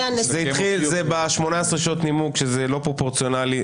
זה התחיל ב-18 שעות נימוק, שזה לא פרופורציונלי.